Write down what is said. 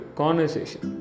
conversation